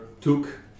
took